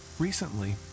Recently